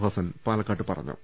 ഹസ്സൻ പാലക്കാട്ട് പറഞ്ഞു